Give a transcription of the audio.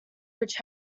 which